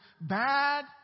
bad